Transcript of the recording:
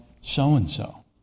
so-and-so